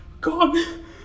Gone